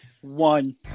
one